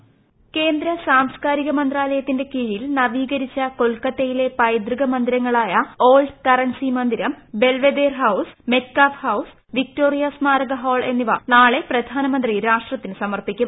voice കേന്ദ്ര സാംസ്കാരിക മന്ത്രാലയത്തിന്റെ കീഴിൽ നവീകരിച്ച കൊൽക്കത്തയിലെ പൈതൃക മന്ദിരങ്ങളിൽ ഓൾഡ് കറൻസി മന്ദിരാ Belvedere house Metcalfe house Victoria സ്മാരക ഹാൾ എന്നിവ നാളെ പ്രധാനമന്ത്രി രാഷ്ട്രടത്തിന് സമർപ്പിക്കും